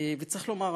צריך לומר,